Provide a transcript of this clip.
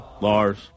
Lars